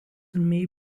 may